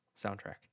soundtrack